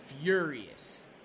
furious